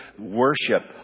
worship